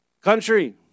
country